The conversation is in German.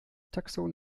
taxon